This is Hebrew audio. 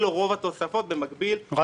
אלו רוב התוספות, במקביל, ה- -- קוצץ.